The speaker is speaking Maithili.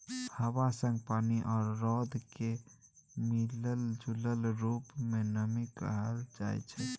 हबा संग पानि आ रौद केर मिलल जूलल रुप केँ नमी कहल जाइ छै